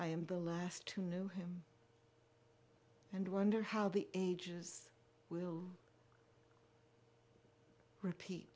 i am the last to know him and wonder how the ages will repeat